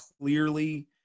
clearly